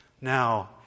now